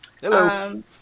Hello